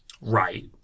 Right